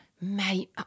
mate